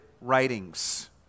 writings